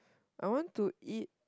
I want to eat